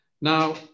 Now